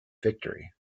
victory